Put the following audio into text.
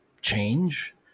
change